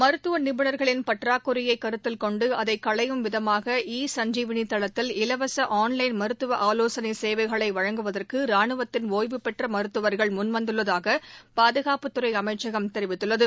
மருத்துவ நிபுணர்களின் பற்றாக்குறையை கருத்தில் கொண்டு அதை களையும் விதமாக ஈ சஞ்ஜீவனி தளத்தில் இலவச ஆன்லைன் மருத்துவ ஆலோசனை சேவைகளை வழங்குவதற்கு ராணுவத்தின் ஒய்வு பெற்ற மருத்துவர்கள் முன்வந்துள்ளதாக பாதுகாப்புத் துறை அமைச்சகம் தெரிவித்துள்ளது